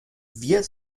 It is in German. wir